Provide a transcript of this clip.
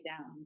down